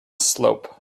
slope